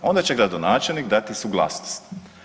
Onda će gradonačelnik dati suglasnost.